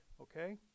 Okay